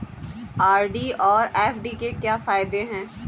RD और FD के क्या फायदे हैं?